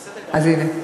בסדר גמור, אז אני רוצה,